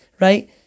Right